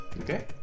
Okay